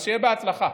שיהיה בהצלחה.